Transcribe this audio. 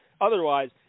Otherwise